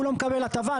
הוא לא מקבל הטבה.